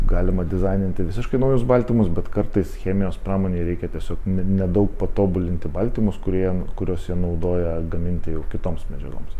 galima dizaininti visiškai naujus baltymus bet kartais chemijos pramonei reikia tiesiog nedaug patobulinti baltymus kurie kuriuos jie naudoja gaminti jau kitoms medžiagoms